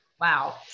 wow